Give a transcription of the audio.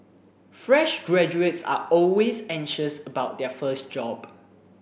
fresh graduates are always anxious about their first job